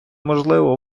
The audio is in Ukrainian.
можливо